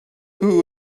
who